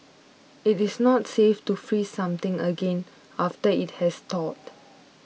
it is not safe to freeze something again after it has thawed